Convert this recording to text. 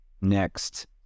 next